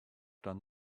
done